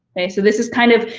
okay, so this is kind of,